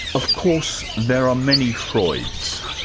of course, there are many freuds,